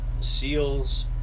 SEALs